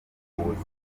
ubukungu